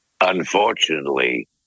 Unfortunately